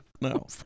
No